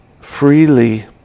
freely